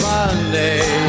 Monday